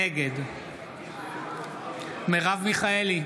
נגד מרב מיכאלי,